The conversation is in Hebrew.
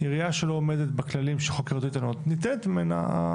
עירייה שלא עומדת בכללים של עיריות איתנות ניטלת ממנה